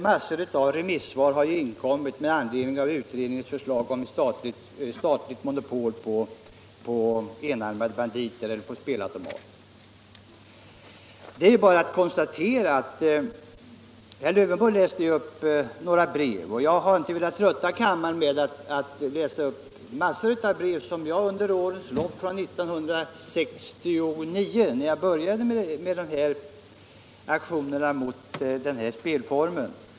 Massor av remissvar har inkommit med anledning av utredningens förslag om statligt monopol på enarmade banditer eller spelautomater. Herr Lövenborg läste upp några brev som han har fått. Jag har inte velat trötta kammaren med att läsa upp de massor av brev som jag har fått under årens lopp sedan 1969, när jag började min aktion mot den här spelformen.